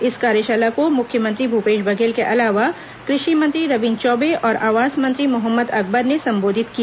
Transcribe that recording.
इस कार्यशाला को मुख्यमंत्री भूपेश बघेल के अलावा कृषि मंत्री रविन्द्र चौबे और आवास मंत्री मोहम्मद अकबर ने संबोधित किया